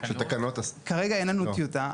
כרגע אין לנו טיוטה,